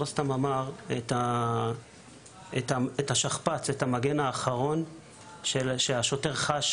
לא סתם אמר את השכפ"ץ והמגן האחרון שהשוטר חש